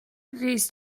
agrees